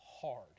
hard